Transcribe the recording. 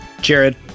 Jared